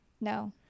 No